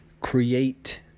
create